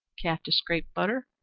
cat to scrape butter,